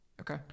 Okay